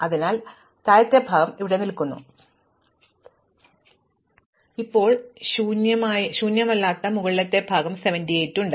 അതിനാൽ താഴത്തെ ഭാഗം ഇവിടെ നിൽക്കുന്നു ഇപ്പോൾ എനിക്ക് ശൂന്യമല്ലാത്ത മുകളിലെ ഭാഗം 78 ഉണ്ട്